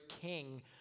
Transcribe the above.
king